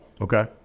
Okay